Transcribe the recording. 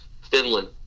finland